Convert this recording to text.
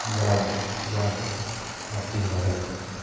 یاد یادیں آتی ہے ابھی تک میں